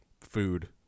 food